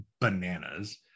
bananas